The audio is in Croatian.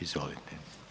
Izvolite.